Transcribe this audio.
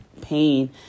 pain